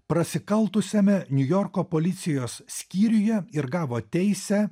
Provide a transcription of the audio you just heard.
prasikaltusiame niujorko policijos skyriuje ir gavo teisę